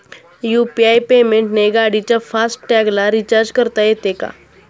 UPI पेमेंटने गाडीच्या fast टॅगला रिर्चाज करता येते का?